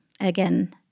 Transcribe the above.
again